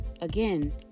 again